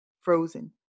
frozen